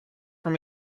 from